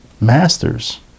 masters